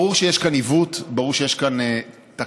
ברור שיש כאן עיוות, ברור שיש כאן תקלה.